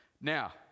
Now